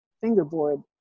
fingerboard